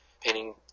painting